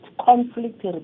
conflict